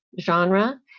genre